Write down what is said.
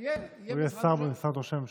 יהיה שר במשרד ראש הממשלה.